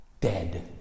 dead